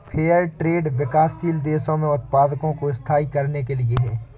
fair trade विकासशील देशों में उत्पादकों को स्थायी करने के लिए है